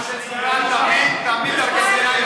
מה שנקרא, תמיד הארגנטינאים